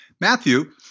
Matthew